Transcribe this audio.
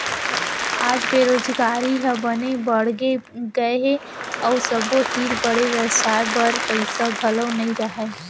आज बेरोजगारी ह बने बाड़गे गए हे अउ सबो तीर बड़े बेवसाय बर पइसा घलौ नइ रहय